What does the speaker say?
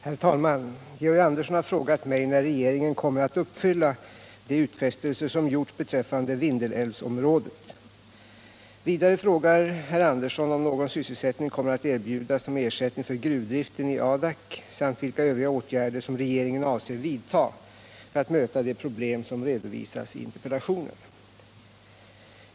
Herr talman! Georg Andersson har frågat mig när regeringen kommer att uppfylla de utfästelser som gjorts beträffande Vindelälvsområdet. Vidare frågar herr Andersson om någon sysselsättning kommer att erbjudas som ersättning för gruvdriften i Adak samt vilka övriga åtgärder som regeringen avser vidta för att möta de problem som redovisas i interpellationen.